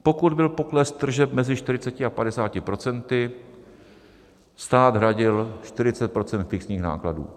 Pokud byl pokles tržeb mezi 40 a 50 %, stát hradil 40 % fixních nákladů.